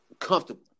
comfortable